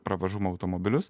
pravažumo automobilius